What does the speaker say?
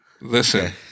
Listen